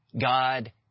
God